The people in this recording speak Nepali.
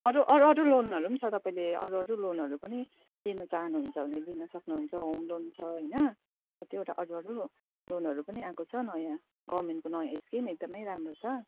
अरू अरू अरू लोनहरू पनि छ तपाईँले अरू अरू लोनहरू पनि लिन चाहनुहुन्छ भने लिन सक्नुहुन्छ होम लोन छ होइन त्यो एउटा अरू अरू लोनहरू पनि आएको छ नयाँ गभर्मेन्टको नयाँ स्किम एकदमै राम्रो छ